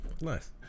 Nice